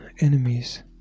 enemies